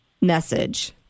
message